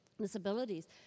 disabilities